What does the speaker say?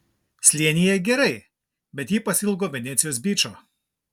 slėnyje gerai bet ji pasiilgo venecijos byčo